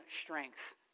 strength